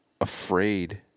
Afraid